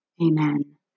Amen